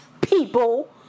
people